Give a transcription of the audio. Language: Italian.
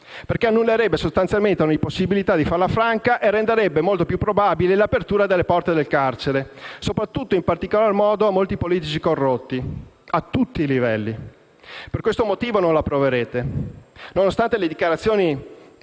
annullerebbe sostanzialmente ogni possibilità di farla franca e renderebbe molto più probabile l'apertura delle porte del carcere, soprattutto, e in particolar modo, a molti politici corrotti, a tutti i livelli. Per questo motivo non l'approverete, nonostante le dichiarazioni